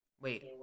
Wait